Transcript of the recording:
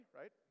right